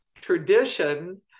tradition